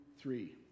three